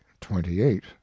twenty-eight